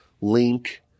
link